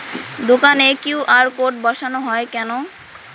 দোকানে QR code বসানো হয় কেন?